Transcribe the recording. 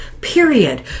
period